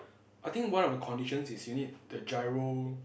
I think one of the conditions is you need the giro